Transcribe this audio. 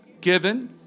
given